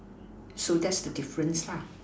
so that's the difference lah